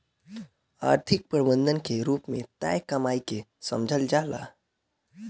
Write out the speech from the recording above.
आर्थिक प्रबंधन के रूप में तय कमाई के समझल जाला